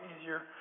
easier